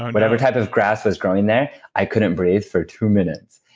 whatever type of grass was growing there, i couldn't breathe for two minutes.